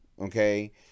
Okay